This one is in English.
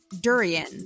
durian